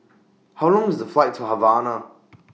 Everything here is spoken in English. How Long IS The Flight to Havana